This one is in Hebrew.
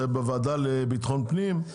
זה בוועדה לביטחון פנים,